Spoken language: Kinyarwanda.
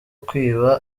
kwiba